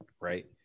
right